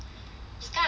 it's kinda sad